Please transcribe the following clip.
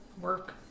work